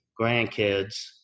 grandkids